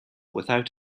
without